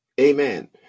Amen